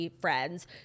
friends